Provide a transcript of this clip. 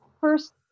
first